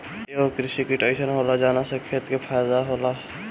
एगो कृषि किट अइसन होएला जवना से खेती के फायदा होला